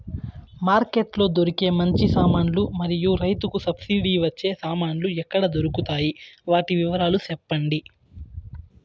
Market లో దొరికే మంచి సామాన్లు మరియు రైతుకు సబ్సిడి వచ్చే సామాన్లు ఎక్కడ దొరుకుతాయి? వాటి వివరాలు సెప్పండి?